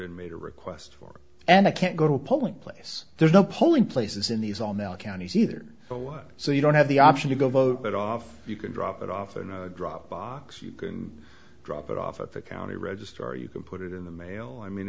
and made a request for and i can't go to a polling place there's no polling places in these all now counties either a lot so you don't have the option to go vote it off you can drop it off and drop box you can drop it off at the county register or you can put it in the mail i mean